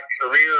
career